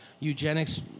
eugenics